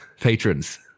patrons